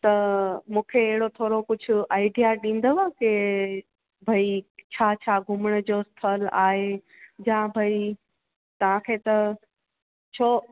त मूंखे अहिड़ो थोरो कुझु आइडिया ॾींदव की भाई छा छा घुमण जो स्थल आहे जा भई तव्हां खे त छो